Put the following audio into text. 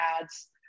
ads